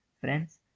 Friends